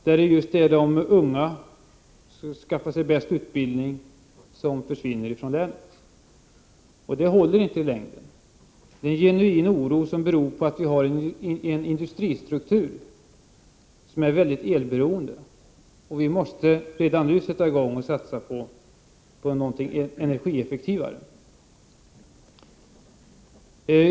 Det är just de unga som skaffat sig den bästa utbildningen som försvinner från länet, och det håller inte i längden. Den genuina oron beror också på att vi har en industristruktur som är starkt elberoende, och vi måste redan nu sätta i gång och satsa på någonting energieffektivare.